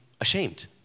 ashamed